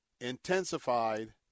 intensified